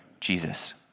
Jesus